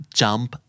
jump